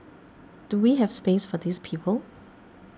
do we have space for these people